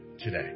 today